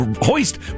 hoist